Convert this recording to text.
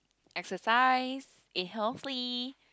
exercise be healthy